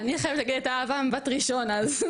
אני חייבת להגיד שזו הייתה אהבה ממבט ראשון אז,